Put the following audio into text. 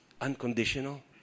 unconditional